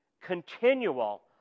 continual